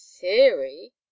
theory